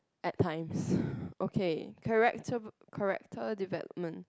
at times okay chatacter de~ character development